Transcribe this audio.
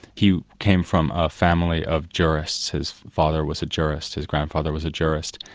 he came from a family of jurists his father was a jurist, his grandfather was a jurist,